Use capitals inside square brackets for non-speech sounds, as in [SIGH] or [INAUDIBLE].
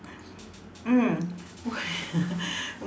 mm what [LAUGHS]